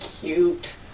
cute